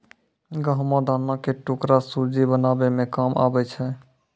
गहुँम दाना के टुकड़ा सुज्जी बनाबै मे काम आबै छै